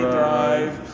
drive